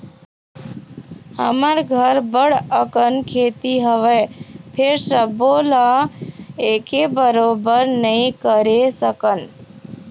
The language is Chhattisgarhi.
हमर घर बड़ अकन खेती हवय, फेर सबो ल एके बरोबर नइ करे सकन